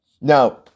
Now